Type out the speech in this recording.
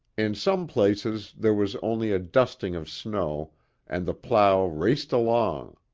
in some places there was only a dusting of snow and the plow raced along.